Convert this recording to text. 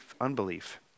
unbelief